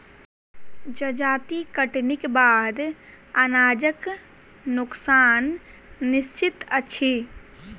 जजाति कटनीक बाद अनाजक नोकसान निश्चित अछि